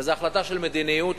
וזאת החלטה של מדיניות,